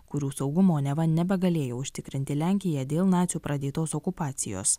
kurių saugumo neva nebegalėjo užtikrinti lenkija dėl nacių pradėtos okupacijos